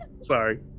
sorry